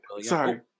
Sorry